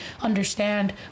understand